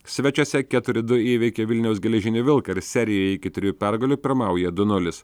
svečiuose keturi du įveikė vilniaus geležinį vilką ir serijoje iki trijų pergalių pirmauja du nulis